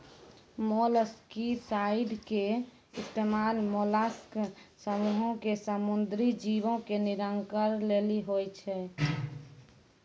molluscicide के इस्तेमाल mollusc समूहो के समुद्री जीवो के निराकरण लेली होय छै